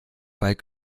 wald